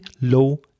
low